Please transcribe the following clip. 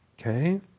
Okay